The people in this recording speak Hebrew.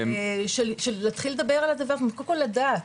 של להתחיל לדבר על הדבר, קודם כל לדעת.